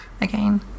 again